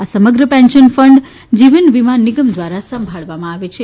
આ સમગ્ર પેન્શનફંડ જીવન વીમા નિગમ દ્વારા સંભાળવામાં આવે છે